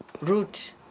root